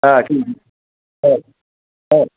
अ औ औ